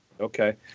Okay